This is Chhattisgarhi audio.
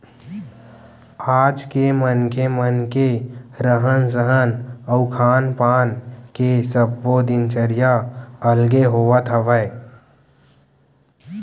आज के मनखे मन के रहन सहन अउ खान पान के सब्बो दिनचरया अलगे होवत हवय